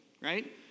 right